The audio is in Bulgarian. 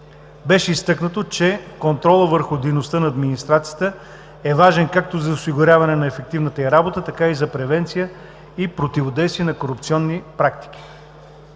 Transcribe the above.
Беше изтъкнато, че контролът върху дейността на администрацията е важен както за осигуряване на ефективната й работа, така и за превенция и противодействие на корупционни практики.